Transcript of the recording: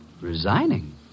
Resigning